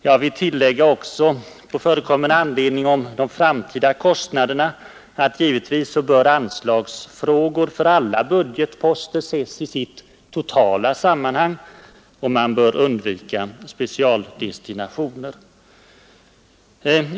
Jag vill också på förekommen anledning tillägga beträffande de framtida kostnaderna för u-hjälpen att givetvis bör anslagsfrågor för alla budgetposter ses i sitt totala sammanhang, och man bör undvika specialdestinationer.